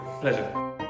Pleasure